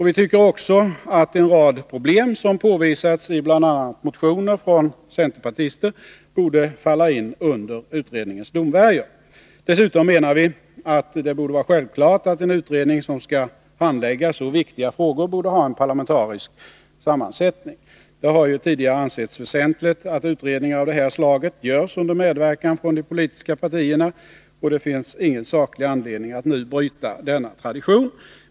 Vi tycker också att en rad problem som påvisats i bl.a. motioner från centerpartister borde falla in under utredningens domvärjo. Dessutom menar vi att det borde vara självklart att en utredning som skall handlägga så viktiga frågor borde ha en parlamentarisk sammansättning. Det har ju tidigare ansetts väsentligt att utredningar av det här slaget görs under medverkan från de politiska partierna, och det finns ingen saklig anledning att nu bryta denna tradition.